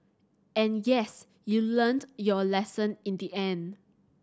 and yes you learnt your lesson in the end